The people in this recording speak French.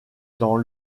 dans